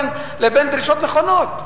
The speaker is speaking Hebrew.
לבין דרישות נכונות.